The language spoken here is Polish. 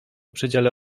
przedziale